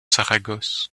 saragosse